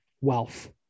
wealth